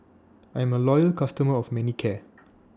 I'm A Loyal customer of Manicare